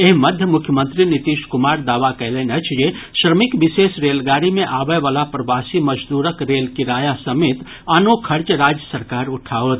एहि मध्य मुख्यमंत्री नीतीश कुमार दावा कयलनि अछि जे श्रमिक विशेष रेलगाड़ी मे आबय वला प्रवासी मजदूरक रेल किराया समेत आनो खर्च राज्य सरकार उठाओत